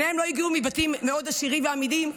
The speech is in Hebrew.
שניהם לא הגיעו מבתים מאוד עשירים ואמידים,